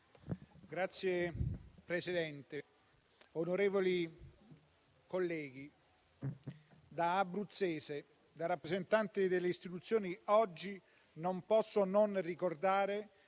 Signor Presidente, onorevoli colleghi, da abruzzese e da rappresentante delle istituzioni, oggi non posso non ricordare